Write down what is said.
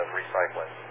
recycling